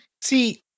See